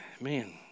man